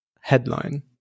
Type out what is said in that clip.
headline